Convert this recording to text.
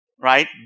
right